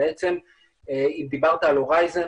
בעצם דיברת על הורייזן,